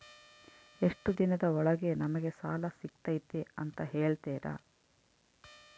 ಎಷ್ಟು ದಿನದ ಒಳಗೆ ನಮಗೆ ಸಾಲ ಸಿಗ್ತೈತೆ ಅಂತ ಹೇಳ್ತೇರಾ?